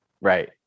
right